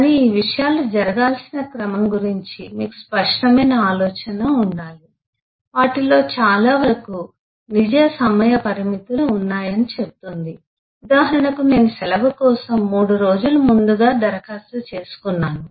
కాని ఈ విషయాలు జరగాల్సిన క్రమం గురించి మీకు స్పష్టమైన ఆలోచన ఉండాలి వాటిలో చాలా వరకు నిజ సమయ పరిమితులు ఉన్నాయి అని చెప్తుంది ఉదాహరణకు నేను సెలవు కోసం 3 రోజులు ముందుగా దరఖాస్తు చేసుకున్నాను